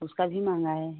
उसका भी महँगा है